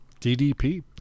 DDP